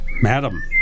Madam